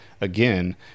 again